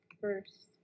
first